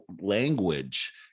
language